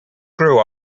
grew